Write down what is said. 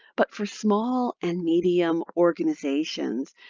but for small and medium organizations,